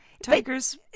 tiger's